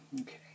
okay